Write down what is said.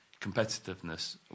competitiveness